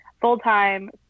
full-time